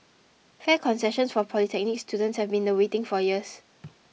fare concessions for polytechnic students have been in the waiting for years